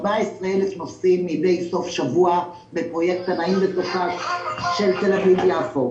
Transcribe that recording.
14,000 נוסעים מדי סוף שבוע בפרויקט "נעים בסופש" של תל אביב יפו.